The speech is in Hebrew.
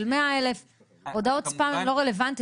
של 100,000. הודעות ספאם הן לא רלוונטיות,